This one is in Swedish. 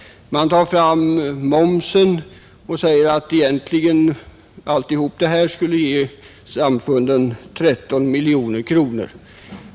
Man har tagit fram momsen m., m. och sagt att detta undantag skulle ge samfunden 13 miljoner kronor.